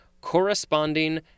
corresponding